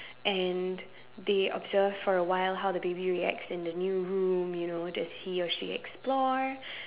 and they observe for a while how the baby reacts in the new room you know does he or she explore